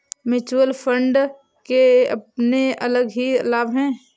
mutual fund के अपने अलग ही लाभ हैं